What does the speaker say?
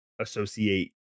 associate